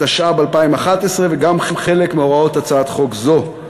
התשע"ב 2011, גם חלק מהוראות הצעת חוק זו.